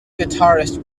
guitarist